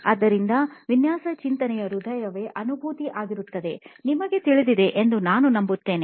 ಆದ್ದರಿಂದ ವಿನ್ಯಾಸ ಚಿಂತನೆಯ ಹೃದಯವೇ ಅನುಭೂತಿ ಆಗಿರುತ್ತದೆ ನಿಮಗೆ ತಿಳಿದಿದೆಎಂದು ನಾವು ನಂಬುತ್ತೇವೆ